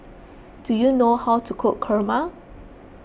do you know how to cook Kurma